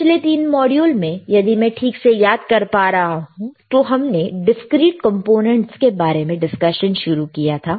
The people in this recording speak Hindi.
पिछले तीन मॉड्यूल से यदि मैं ठीक से याद कर पा रहा हूं तो हमने डिस्क्रीट कंपोनेंट्स के बारे में डिस्कशन शुरू किया था